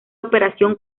operación